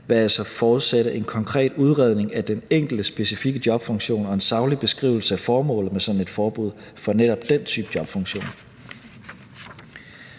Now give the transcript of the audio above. vil altså forudsætte en konkret udredning af den enkelte specifikke jobfunktion og en saglig beskrivelse af formålet med sådan et forbud for netop den type jobfunktion.